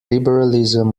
liberalism